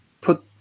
put